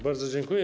Bardzo dziękuję.